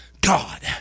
God